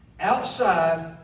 outside